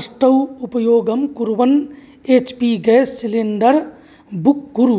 अष्टौ उपयोगं कुर्वन् H P gas cylinder book कुरु